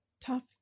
Tough